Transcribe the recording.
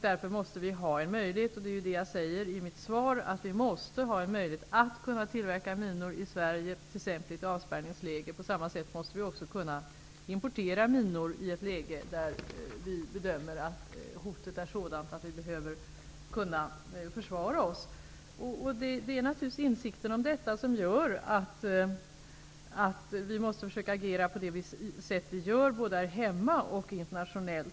Därför måste det finnas en möjlighet, vilket framgår av mitt svar, att kunna tillverka minor i Sverige för användande vid exempelvis ett avspärrningsläge. Vi måste också kunna importera minor i ett läge där hotet bedöms vara sådant att vi behöver försvara oss. Det är naturligtvis insikten om detta som gör att vi måste agera på det sätt vi gör både här hemma och internationellt.